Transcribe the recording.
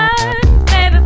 Baby